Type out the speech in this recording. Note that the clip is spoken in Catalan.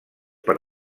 per